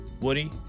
woody